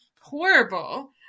horrible